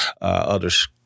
others